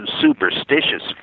superstitious